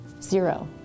Zero